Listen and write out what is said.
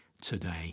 today